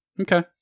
Okay